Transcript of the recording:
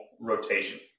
rotation